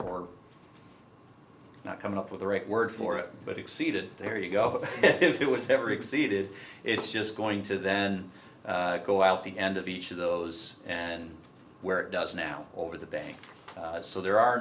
or not come up with the right word for it but exceeded there you go if it was never exceeded it's just going to then go out the end of each of those and where it does now over the bank so there are